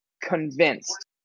convinced